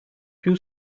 più